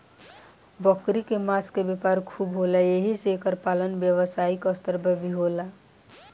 बकरी के मांस के व्यापार खूब होला एही से एकर पालन व्यवसायिक स्तर पर भी होखेला